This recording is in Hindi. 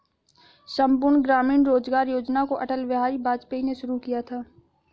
संपूर्ण ग्रामीण रोजगार योजना को अटल बिहारी वाजपेयी ने शुरू किया था